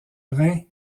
rhin